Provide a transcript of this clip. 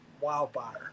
wildfire